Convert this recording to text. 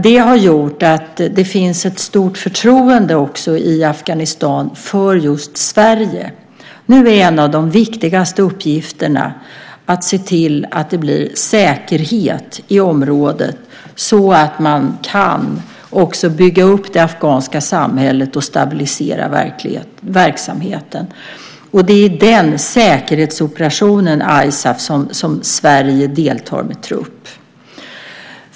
Det har gjort att det finns ett stort förtroende för Sverige i Afghanistan. Nu är en av de viktigaste uppgifterna att se till att det blir säkerhet i området så att man också kan bygga upp det afghanska samhället och stabilisera verksamheten. Det är i den säkerhetsoperationen, ISAF, som Sverige deltar med trupp.